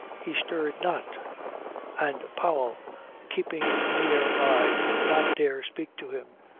he stirred not and powell keeping near by did not dare speak to him,